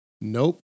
Nope